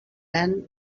gran